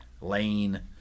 Lane